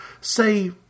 say